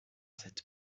cette